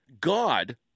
God